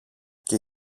και